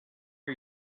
are